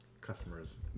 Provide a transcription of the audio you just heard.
customers